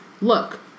look